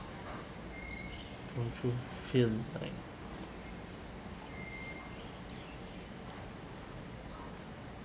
don't you feel like